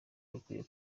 rukwiye